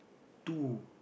too